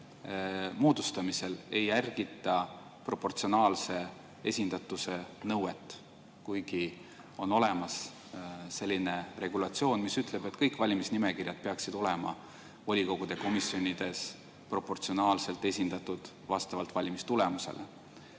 moodustamisel ei järgita proportsionaalse esindatuse nõuet, kuigi on olemas regulatsioon, mis ütleb, et kõik valimisnimekirjad peaksid olema volikogude komisjonides proportsionaalselt esindatud vastavalt valimistulemustele.